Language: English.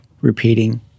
repeating